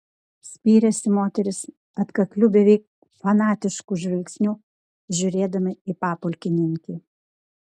spyrėsi moteris atkakliu beveik fanatišku žvilgsniu žiūrėdama į papulkininkį